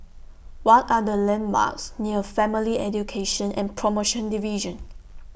What Are The landmarks near Family Education and promotion Division